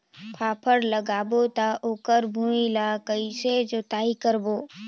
फाफण लगाबो ता ओकर भुईं ला कइसे जोताई करबो?